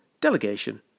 delegation